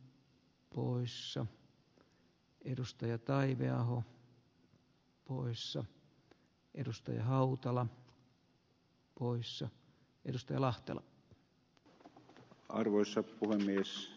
heinäluoma on jättänyt